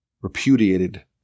repudiated